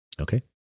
Okay